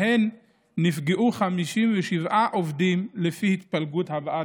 שבהן נפגעו 57 עובדים לפי ההתפלגות הבאה,